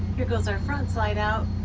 here goes our front slide out.